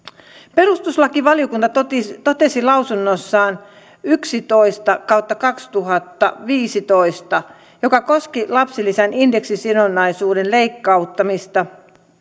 perustuslakivaliokunta totesi totesi lausunnossaan yksitoista kautta kaksituhattaviisitoista joka koski lapsilisän indeksisidonnaisuuden lakkauttamista